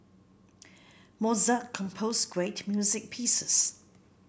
Mozart composed great music pieces